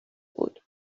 بود